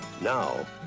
Now